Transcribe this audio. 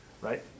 Right